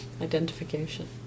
Identification